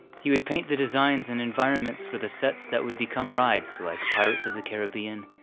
he would paint the designs and environments for the sets that would become rides like pirates of the caribbean,